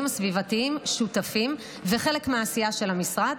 הסביבתיים שותפים וחלק מהעשייה של המשרד.